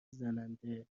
زننده